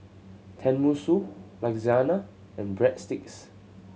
Tenmusu Lasagna and Breadsticks